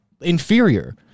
inferior